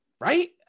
right